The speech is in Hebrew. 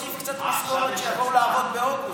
אומרים להוסיף קצת משכורת שיבואו לעבוד באוגוסט,